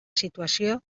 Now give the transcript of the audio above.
situació